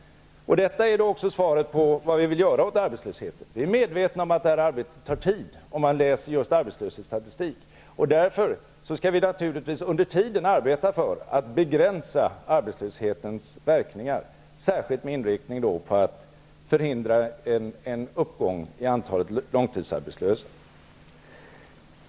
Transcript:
Detta är svaret på vad vi vill göra åt arbetslösheten. Vi är medvetna om att det arbetet tar tid. Därför skall vi naturligtvis under tiden arbeta för att begränsa arbetslöshetens verkningar, särskilt med inriktning på att förhindra en uppgång av antalet långtidsarbetslösa.